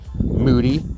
moody